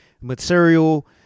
material